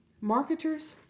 Marketers